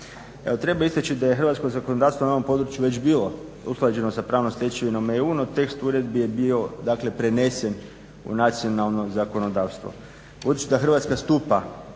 Treba istači da je hrvatsko zakonodavstvo na ovom području već bilo usklađeno sa pravnom stečevinom EU, no tekst uredbi je bio dakle prenesen u nacionalno zakonodavstvo.